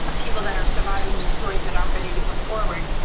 ah people that are surviving the stories that are ready to come forward,